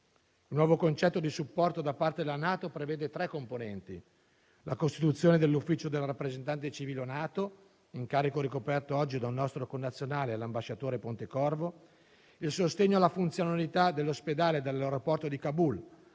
Il nuovo concetto di supporto da parte della NATO prevede tre componenti: la costituzione dell'ufficio dell'Alto rappresentante civile della NATO, incarico ricoperto oggi da un nostro connazionale, l'ambasciatore Pontecorvo; il sostegno alla funzionalità dell'ospedale e dell'aeroporto di Kabul,